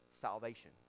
salvation